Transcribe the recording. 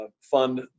fund